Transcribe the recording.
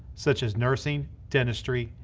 such as nursing, dentistry,